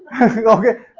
Okay